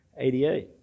88